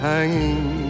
Hanging